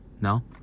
No